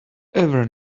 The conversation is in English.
ever